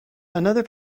another